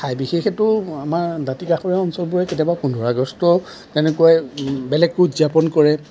ঠাই বিশেষেতো আমাৰ দাঁতি কাষৰীয়া অঞ্চলবোৰত কেতিয়াবা পোন্ধৰ আগষ্ট তেনেকৈ বেলেগকৈ উদযাপন কৰে